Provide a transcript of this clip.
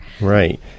right